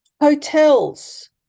hotels